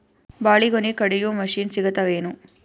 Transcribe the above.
ಬಾಳಿಗೊನಿ ಕಡಿಯು ಮಷಿನ್ ಸಿಗತವೇನು?